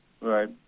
Right